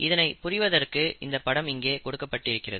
இதனை புரிவதற்கு இந்த படம் இங்கே கொடுக்கப்பட்டிருக்கிறது